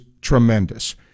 tremendous